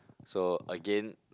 so again